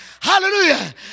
Hallelujah